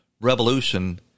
revolution